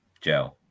Joe